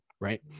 right